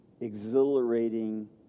exhilarating